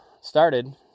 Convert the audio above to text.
started